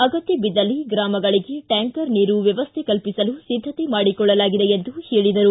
ಅಗತ್ಯ ಬಿದ್ದಲ್ಲಿ ಗ್ರಾಮಗಳಿಗೆ ಟ್ಯಾಂಕರ ನೀರು ವ್ಯವಸ್ಥೆ ಕಲ್ಪಿಸಲು ಸಿದ್ದತೆ ಮಾಡಿಕೊಳ್ಳಲಾಗಿದೆ ಎಂದು ಹೇಳಿದರು